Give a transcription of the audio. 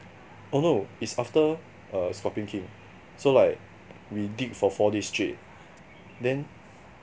oh no it's after err scorpion king so like we dig for four days straight then